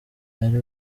ari